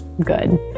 good